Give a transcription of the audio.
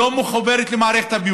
היא לא מחוברת למערכת הביוב,